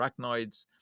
arachnoids